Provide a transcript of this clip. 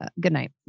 goodnight